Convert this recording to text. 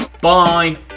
bye